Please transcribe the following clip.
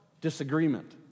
disagreement